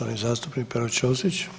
zastupnik Pero Ćosić.